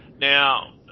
Now